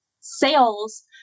sales